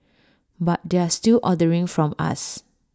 but they're still ordering from us